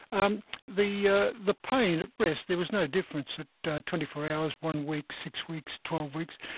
um the ah the pain at rest, there was no difference at twenty four hours, one week, six weeks, twelve weeks.